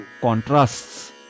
contrasts